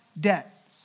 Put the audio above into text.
debt